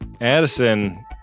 Addison